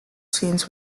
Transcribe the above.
scenes